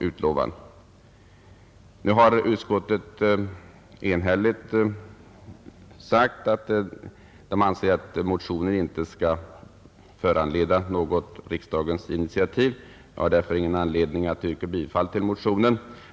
Utskottet har enhälligt sagt att det anser att motionen inte skall föranleda något riksdagens initiativ, och jag har därför ingen anledning att yrka bifall till den.